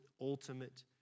ultimate